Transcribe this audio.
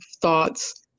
thoughts